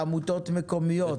עמותות מקומיות.